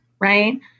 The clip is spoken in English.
right